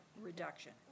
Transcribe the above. reduction